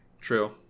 True